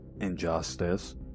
injustice